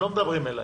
הם לא מדברים אליי.